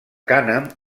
cànem